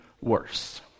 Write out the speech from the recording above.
worse